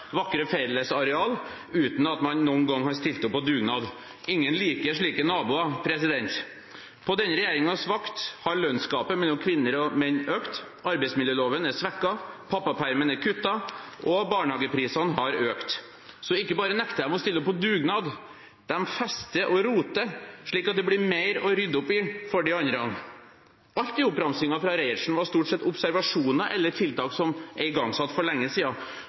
vakre fellesareal uten at man noen gang har stilt opp på dugnad. Ingen liker slike naboer. På denne regjeringens vakt har lønnsgapet mellom kvinner og menn økt, arbeidsmiljøloven er svekket, pappapermen er kuttet, og barnehageprisene har økt. Ikke bare nekter de å stille opp på dugnad, de fester og roter, slik at det blir mer å rydde opp i for de andre. Alt i oppramsingen fra Reiertsen var stort sett observasjoner eller tiltak som er igangsatt for lenge siden.